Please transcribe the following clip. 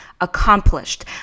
accomplished